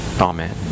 Amen